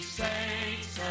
saints